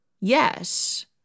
yes